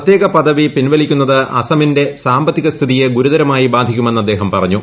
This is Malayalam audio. പ്രത്യേക പദവി പിൻവലിക്കുന്നത് അസമിന്റെ സാമ്പത്തിക സ്ഥിതിയെ ഗുരുതരമായി ബാധിക്കുമെന്ന് അദ്ദേഹം പറഞ്ഞു